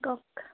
কওক